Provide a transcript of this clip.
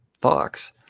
Fox